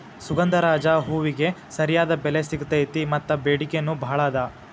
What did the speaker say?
ಸುಗಂಧರಾಜ ಹೂವಿಗೆ ಸರಿಯಾದ ಬೆಲೆ ಸಿಗತೈತಿ ಮತ್ತ ಬೆಡಿಕೆ ನೂ ಬಾಳ ಅದ